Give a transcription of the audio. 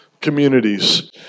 communities